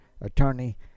attorney